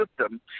system